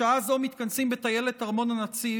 בשעה זו מתכנסים בטיילת ארמון הנציב,